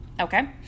Okay